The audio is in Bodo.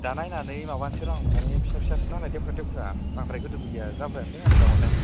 दा नायनानै माबासै र' आं माने फिसा फिसासो नालाय देखुरा देखुरा बांद्राय गोदोरबो गैया जाब्रायानो दों आरो दाउआलाय